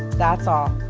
that's all.